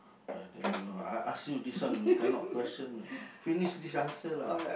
ah the no no I ask you this one you cannot question leh finish this answer lah